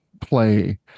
play